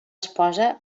esposa